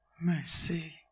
Mercy